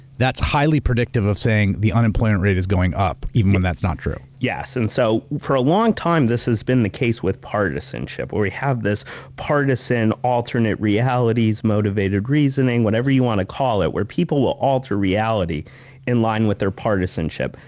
that's highly predictive of saying, the unemployment rate is going up, even when that's not true. yes. and so for a long time, this has been the case with partisanship, where we have this partisan alternate realities, motivated reasoning, whatever you want to call it, where people will alter reality in line with their partisanship.